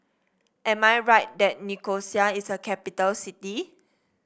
am I right that Nicosia is a capital city